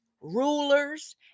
rulers